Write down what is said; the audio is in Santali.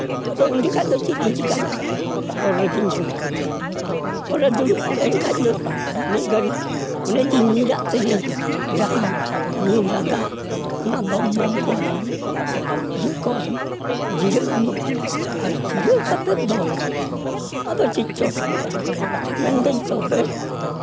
ᱟᱫᱚ ᱩᱱ ᱡᱚᱠᱷᱚᱡ ᱫᱚ ᱪᱮᱫ ᱤᱧ ᱪᱤᱠᱟᱭᱟ ᱦᱚᱨ ᱨᱮᱜᱤᱧ ᱫᱩᱲᱩᱵ ᱮᱱᱟ ᱦᱚᱨ ᱨᱮ ᱫᱩᱲᱩᱵ ᱮᱱ ᱠᱷᱟᱡ ᱫᱩᱧ ᱢᱤᱫ ᱜᱷᱟᱹᱲᱤᱜ ᱚᱱᱮ ᱡᱮᱧ ᱧᱤᱨᱟᱜ ᱛᱟᱦᱮᱸᱜ ᱡᱟᱦᱟᱸ ᱧᱤᱨ ᱞᱟᱸᱜᱟ ᱚᱱᱟ ᱫᱚᱢ ᱢᱚᱢ ᱠᱚ ᱤᱭᱟᱹ ᱠᱚ ᱡᱤᱨᱟᱹᱣ ᱤᱱᱟᱹᱧ ᱟᱨ ᱡᱤᱨᱟᱹᱣ ᱠᱟᱛᱮ ᱫᱚ ᱟᱫᱚ ᱪᱮᱫ ᱪᱚ ᱢᱮᱱᱫᱟᱹᱧ ᱛᱚᱵᱮ